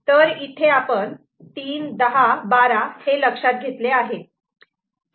तर इथे आपण 3 10 12 हे लक्षात घेतले आहे